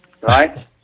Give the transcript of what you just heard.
right